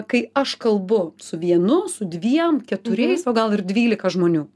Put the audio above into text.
kai aš kalbu su vienu su dviem keturiais o gal ir dvylika žmonių